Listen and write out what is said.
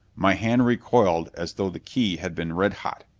my hand recoiled as though the key had been red hot.